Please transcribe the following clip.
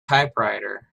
typewriter